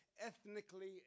ethnically